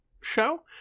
show